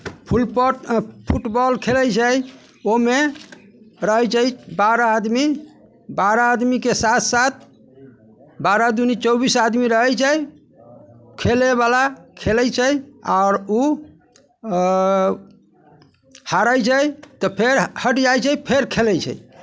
फुलपोट football खेलैत छै ओहिमे रहैत छै बारह आदमी बारह आदमीके साथ साथ बारह दुनी चौबीस आदमी रहैत छै खेलैवला खेलैत छै आओर ओ हारैत छै तऽ फेर हटि जाइत छै फेर खेलैत छै